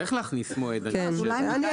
צריך להכניס מועד אני חושב.